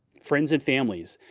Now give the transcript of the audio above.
friends and families,